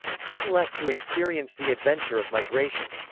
some left to experience the adventure of migration.